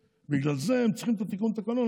בגלל זה הם צריכים את תיקון התקנון,